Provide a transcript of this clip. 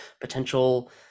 potential